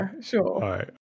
sure